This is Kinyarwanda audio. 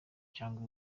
cyangwa